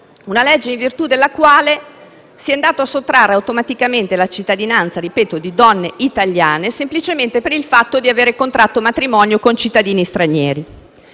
del 1912, in virtù della quale si è andata a sottrarre automaticamente la cittadinanza a donne italiane semplicemente per il fatto di aver contratto matrimonio con cittadini stranieri.